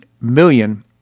million